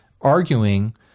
arguing